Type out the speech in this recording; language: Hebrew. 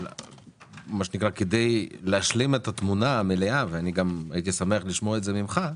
אבל כדי להשלים את התמונה המלאה והייתי שמח לשמוע את זה ממך,